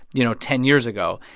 you know, ten years ago.